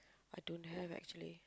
I don't have actually